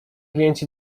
klienci